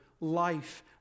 life